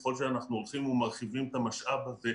ככל שאנחנו הולכים ומרחיבים את המשאב הזה,